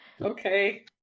Okay